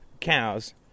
cows